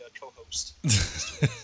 co-host